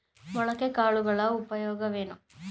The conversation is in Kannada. ಮೊಳಕೆ ಕಾಳುಗಳ ಉಪಯೋಗವೇನು?